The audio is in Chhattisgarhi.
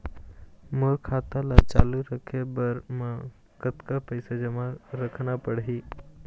मोर खाता ला चालू रखे बर म कतका पैसा जमा रखना पड़ही?